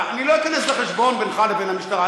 אני לא איכנס לחשבון בינך לבין המשטרה.